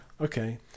Okay